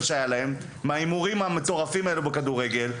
שהיה להם בהימורים המטורפים האלה בכדורגל,